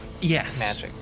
Yes